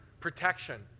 protection